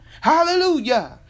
Hallelujah